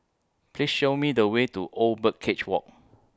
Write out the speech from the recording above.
Please Show Me The Way to Old Birdcage Walk